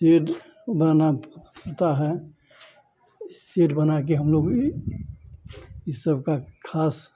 shade बना होता है शेड बनाकर हम लोग ई सब का ख़ास